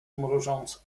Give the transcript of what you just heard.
mrużąc